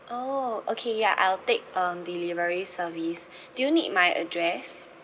oh okay ya I will take um delivery service do you need my address